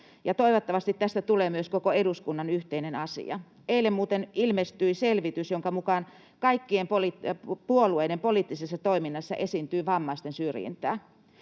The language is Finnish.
toivottavasti tästä tulee myös koko eduskunnan yhteinen asia. Eilen muuten ilmestyi selvitys, jonka mukaan kaikkien puolueiden poliittisessa toiminnassa esiintyy vammaisten syrjintää.